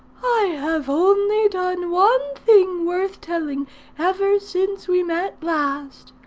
i have only done one thing worth telling ever since we met last.